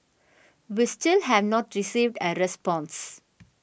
we still have not received a response